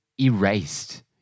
Erased